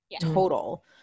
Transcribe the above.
total